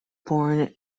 born